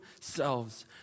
selves